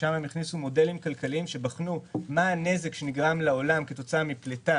שם הם הכניסו מודלים כלכליים שבחנו מה הנזק שנגרם לעולם כתוצאה מפליטה